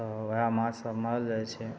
तऽ वएह माछ सब मानल जाइ छै